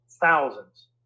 thousands